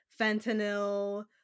fentanyl